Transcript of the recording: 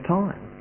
time